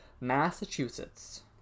massachusetts